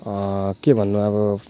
के भन्नु अब